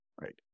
right